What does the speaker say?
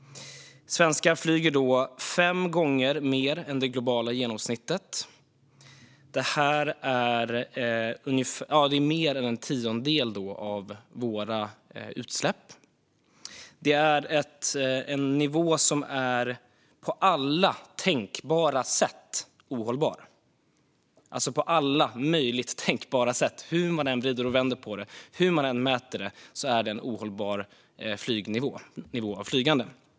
Svenskar flyger fem gånger mer än det globala genomsnittet. Det är mer än en tiondel av våra utsläpp. Det är en nivå som är på alla tänkbara sätt ohållbar. Hur man än vänder och vrider på det och hur man än mäter det är det en ohållbar nivå av flygande.